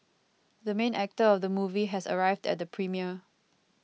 the main actor of the movie has arrived at the premiere